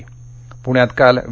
पृण्यात काल वि